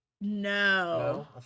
no